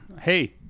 Hey